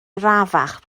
arafach